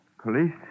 Police